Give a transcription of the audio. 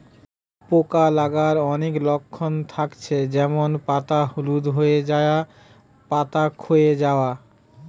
পোকা লাগার অনেক লক্ষণ থাকছে যেমন পাতা হলুদ হয়ে যায়া, পাতা খোয়ে যায়া